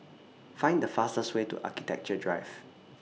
Find The fastest Way to Architecture Drive